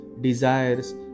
desires